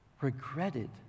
regretted